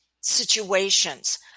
situations